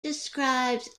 describes